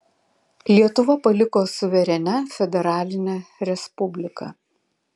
lietuva paliko suverenia federaline respublika